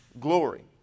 glory